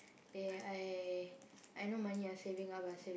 eh I I no money ah I saving up saving